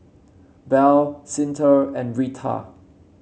Bell Cyntha and Rita